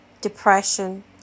depression